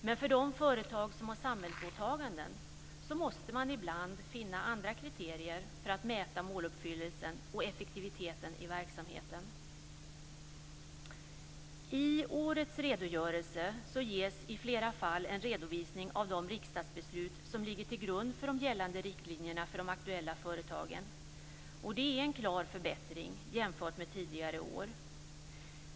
Men för de företag som har samhällsåtaganden måste man ibland finna andra kriterier för att mäta måluppfyllelsen och effektiviteten i verksamheten. I årets redogörelse ges i flera fall en redovisning av de riksdagsbeslut som ligger till grund för de gällande riktlinjerna för de aktuella företagen. Det är en klar förbättring jämfört med tidigare år.